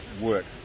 work